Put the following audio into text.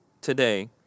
today